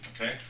okay